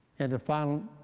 and a final